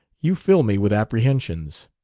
you fill me with apprehensions.